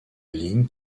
ligne